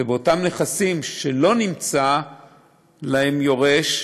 ובאותם נכסים שלא נמצא להם יורש,